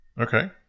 Okay